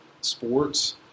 sports